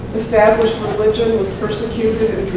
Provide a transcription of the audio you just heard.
established religion was persecuted